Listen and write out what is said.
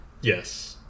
Yes